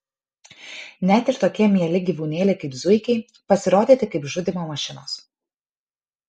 net ir tokie mieli gyvūnėliai kaip zuikiai pasirodyti kaip žudymo mašinos